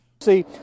See